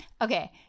Okay